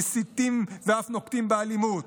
מסיתים ואף נוקטים אלימות,